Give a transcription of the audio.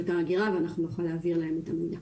האוכלוסין וההגירה ושאנחנו נוכל גם להעביר להם מידע.